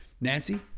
Nancy